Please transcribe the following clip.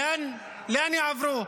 לאן יעברו?